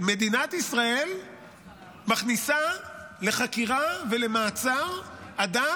מדינת ישראל מכניסה לחקירה ולמעצר אדם,